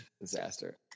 disaster